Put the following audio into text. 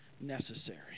necessary